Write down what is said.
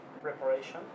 preparation